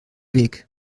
weg